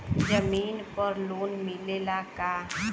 जमीन पर लोन मिलेला का?